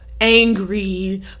angry